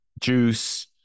Juice